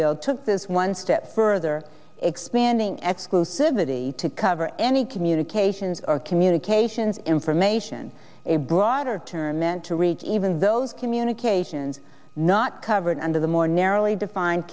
bill took this one step further expanding exclusivity to cover any communications or communications information a broader term meant to reach even those communications not covered under the more narrowly defined